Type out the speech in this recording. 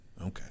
okay